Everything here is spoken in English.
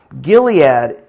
Gilead